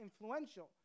influential